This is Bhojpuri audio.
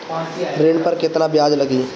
ऋण पर केतना ब्याज लगी?